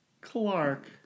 Clark